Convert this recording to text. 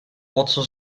pozzo